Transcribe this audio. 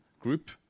group